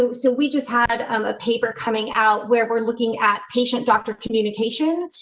so so we just had a paper coming out where we're looking at patient doctor communication.